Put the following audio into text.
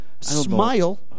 Smile